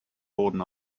boden